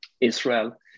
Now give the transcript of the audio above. Israel